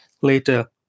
later